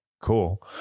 cool